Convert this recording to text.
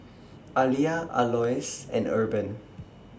Aliyah Alois and Urban